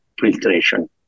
filtration